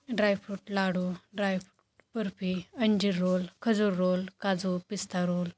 dry fruit laddoo dry fruit barfi अंजिर roll खजूर roll काजू पिस्ता रोल